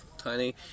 tiny